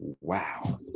wow